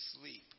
sleep